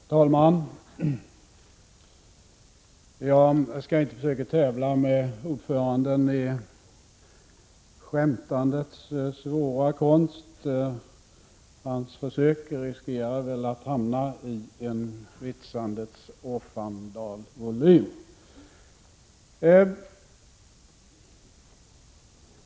Herr talman! Jag skall inte försöka tävla med ordföranden i skämtandets svåra konst. Hans försök riskerar väl att hamna i en vitsandets Ofvandahlsvolym.